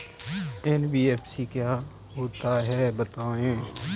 NBFC क्या होता है बताएँ?